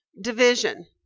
division